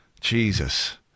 Jesus